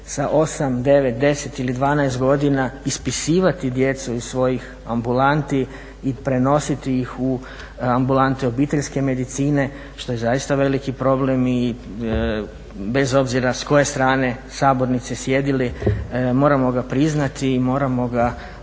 sa 8, 9, 10 ili 12 godina ispisivati djecu iz svojih ambulanti i prenositi ih u ambulante obiteljske medicine što je zaista veliki problem i bez obzira s koje strane sabornice sjedili moramo ga priznati i moramo ga jednoga